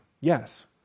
Yes